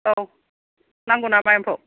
औ नांगौ नामा एम्फौ